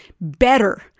better